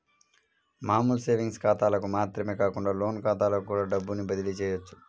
మామూలు సేవింగ్స్ ఖాతాలకు మాత్రమే కాకుండా లోన్ ఖాతాలకు కూడా డబ్బుని బదిలీ చెయ్యొచ్చు